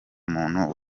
muntu